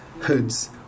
hoods